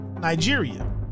Nigeria